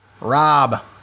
Rob